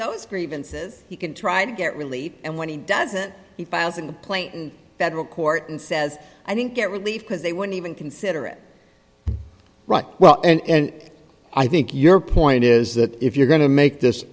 those grievances he can try to get relief and when he doesn't he files a complaint in federal court and says i didn't get relief because they wouldn't even consider it right well and i think your point is that if you're going to make this